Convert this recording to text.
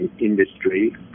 industry